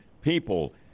people